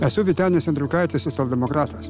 esu vytenis andriukaitis socialdemokratas